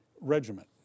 Regiment